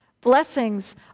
blessings